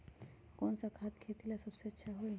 कौन सा खाद खेती ला सबसे अच्छा होई?